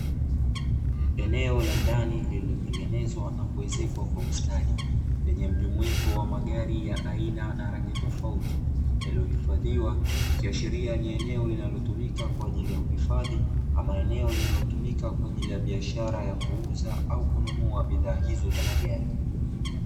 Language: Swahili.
Eneo la ndani lililotengenezwa na kuenzekwa kwa ustadi lenye mjumuiko wa magari ya aina na rangi tofauti, yaliyohifadhiwa ikiashiria ni eneo linalotumika kwa ajili ya uhifadhi ama eneo linalotumika kwa ajili ya biashara ya kuuza au kununua bidhaa hizo za magari.